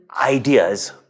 ideas